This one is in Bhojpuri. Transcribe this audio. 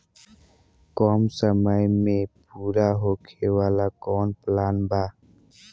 कम समय में पूरा होखे वाला कवन प्लान बा?